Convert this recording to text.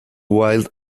wild